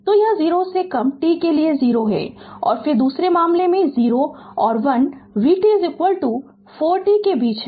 तो यह 0 से कम t के लिए 0 है और फिर दूसरे मामले में 0 और 1 vt 4 t के बीच है